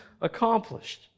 accomplished